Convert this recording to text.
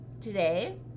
today